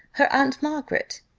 her aunt margaret?